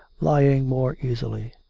lying more easily.